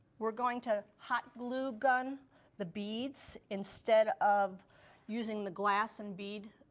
we're going to hot glue gun the beads instead of using the glass and bead